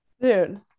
Dude